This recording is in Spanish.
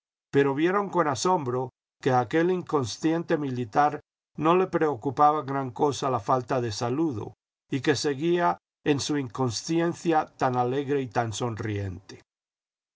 pero vieron con asombro que a aquel inconsciente militar no le preocupaba gran cosa la falta de saludo y que seguía en su inconsciencia tan alegre y tan sonriente